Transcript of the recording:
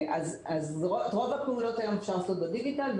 את רוב הפעולות היום אפשר לעשות בדיגיטל,